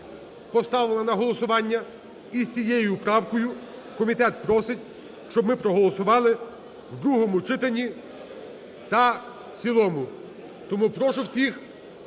поставлена на голосування. І з цією правкою комітет просить, щоб ми проголосували у другому читанні та в цілому. Тому прошу всіх,